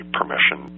permission